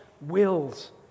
wills